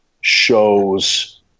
shows